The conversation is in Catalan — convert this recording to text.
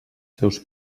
seus